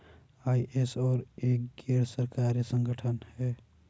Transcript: ISO एक गैर सरकारी संगठन है